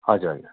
हजुर हजुर